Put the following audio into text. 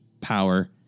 power